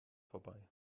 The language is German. vorbei